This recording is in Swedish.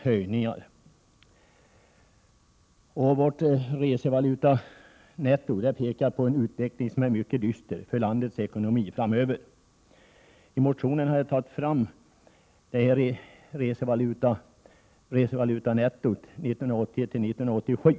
Siffrorna för vårt resevalutanetto pekar på en utveckling som är mycket dyster för landets ekonomi framöver. I motionen har jag tagit in resevalutanettot för åren 1981-1987.